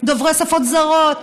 דוברי שפות זרות,